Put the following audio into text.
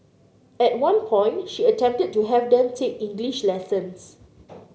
at one point she attempted to have them take English lessons